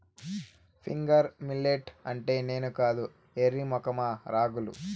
finger millet అంటే నేను కాదు ఎర్రి మొఖమా రాగులు